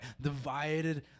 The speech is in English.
divided